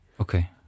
Okay